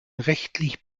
rechtlich